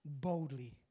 boldly